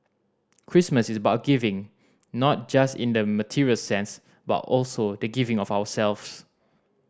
Christmas is about giving not just in a material sense but also the giving of ourselves